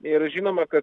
ir žinoma kad